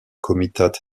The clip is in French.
comitat